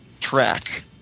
track